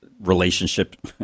relationship